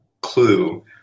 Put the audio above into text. Clue